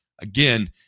again